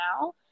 now